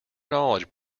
knowledge